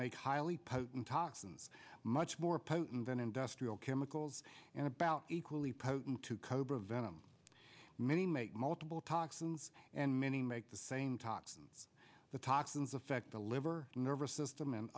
make highly potent toxins much more potent than industrial chemicals and about equally potent to cobra venom many make multiple toxins and many make the same toxins the toxins affect the liver nervous system and